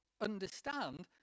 understand